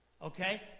Okay